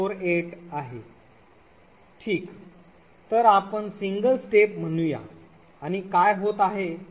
ठीक तर आपण सिंगल स्टेप म्हणूया आणि काय होत आहे ते पाहू